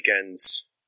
weekends